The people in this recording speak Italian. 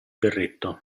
berretto